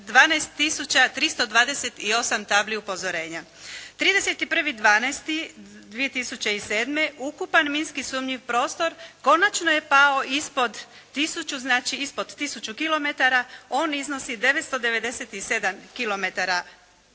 328 tabli upozorenja. 31. 12. 2007. ukupan minski sumnjiv prostor konačno je pao ispod tisuću, znači ispod